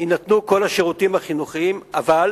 יינתנו כל השירותים החינוכיים, אבל